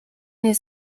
nie